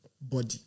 body